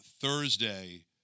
Thursday